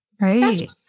Right